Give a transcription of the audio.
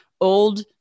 old